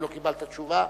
אם לא קיבלת תשובה,